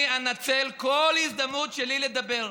אני אנצל כל הזדמנות שלי לדבר.